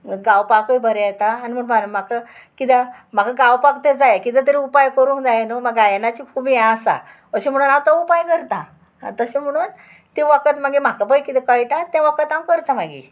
गावपाकय बरें येता आनी म्हण म्हाका किद्या म्हाका गावपाक तें जाय किदें तरी उपाय करूंक जाय न्हू म्हाका गायनाची खूब हें आसा अशें म्हणून हांव तो उपाय करता तशें म्हणून तें वखद मागीर म्हाका पळय कितें कळटा तें वखद हांव करतां मागीर